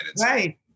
Right